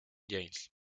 james